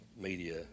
media